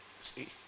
See